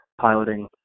piloting